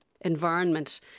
environment